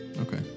Okay